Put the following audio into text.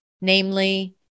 namely